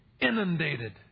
inundated